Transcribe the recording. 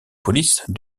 police